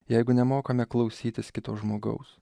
jeigu nemokame klausytis kito žmogaus